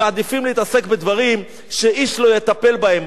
מעדיפים להתעסק בדברים שאיש לא יטפל בהם.